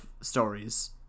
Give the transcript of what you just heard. stories